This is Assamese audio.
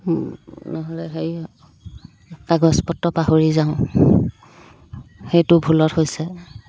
নহ'লে হেৰি হয় কাগজপত্ৰ পাহৰি যাওঁ সেইটো ভুলত হৈছে